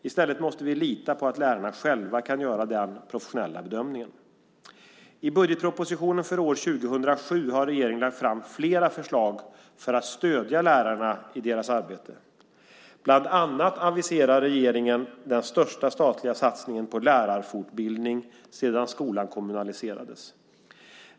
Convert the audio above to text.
I stället måste vi lita på att lärarna själva kan göra den professionella bedömningen. I budgetpropositionen för år 2007 har regeringen lagt fram flera förslag för att stödja lärarna i deras arbete. Bland annat aviserar regeringen den största statliga satsningen på lärarfortbildning sedan skolan kommunaliserades.